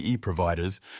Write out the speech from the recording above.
providers